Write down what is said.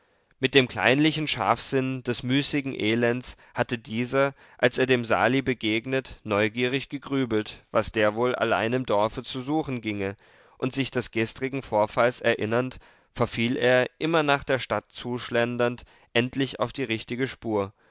mit dem kleinlichen scharfsinn des müßigen elends hatte dieser als er dem sali begegnet neugierig gegrübelt was der wohl allein im dorfe zu suchen ginge und sich des gestrigen vorfalles erinnernd verfiel er immer nach der stadt zu schlendernd endlich auf die richtige spur